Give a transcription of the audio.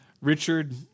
Richard